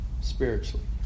spiritually